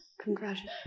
Congratulations